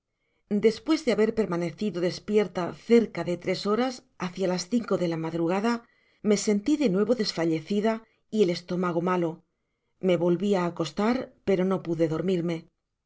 despues de haber permanecido despierta cerca d i tres horas hácia las cinco de la madrugada me senti de nuevo desfallecida y el estómago malo me volvi a aeostar pero no pude dormirme